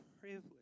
privilege